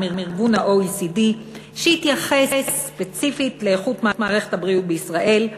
ה-OECD שהתייחס ספציפית לאיכות מערכת הבריאות בישראל.